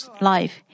life